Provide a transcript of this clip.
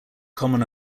common